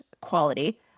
quality